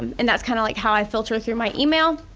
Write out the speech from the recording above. um and that's kind of like how i filter through my email.